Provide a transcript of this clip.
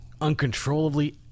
uncontrollably